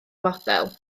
model